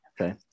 Okay